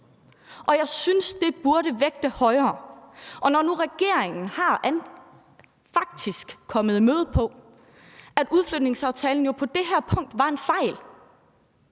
Jeg synes, det burde vægte højere. Og når nu regeringen faktisk har imødekommet, at udflytningsaftalen på det her punkt jo var en fejl,